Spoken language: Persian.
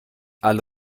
علی